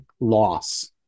loss